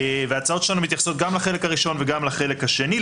ההצעות שלנו מתייחסות גם לחלק הראשון וגם לחלק השני.